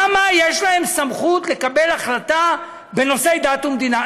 למה יש להם סמכות לקבל החלטה בנושאי דת ומדינה?